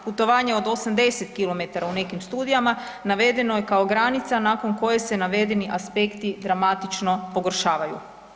Putovanje od 80 km u nekim studijama navedeno je kao granica nakon koje se navedeni aspekti dramatično pogoršavaju.